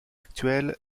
actuel